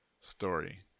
story